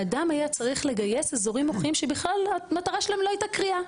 האדם היה צריך לגייס אזורים מוחיים שבכלל המטרה שלהם לא הייתה קריאה.